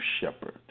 shepherd